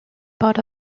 part